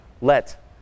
let